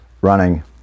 running